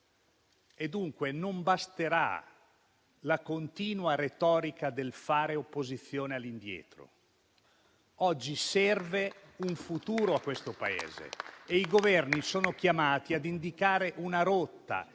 dunque non basterà la continua retorica del fare opposizione all'indietro. Oggi serve un futuro a questo Paese e i Governi sono chiamati ad indicare una rotta